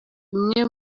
imwe